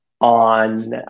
on